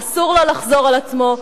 אסור לו לחזור על עצמו.